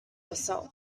herself